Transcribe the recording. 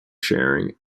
sharing